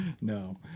No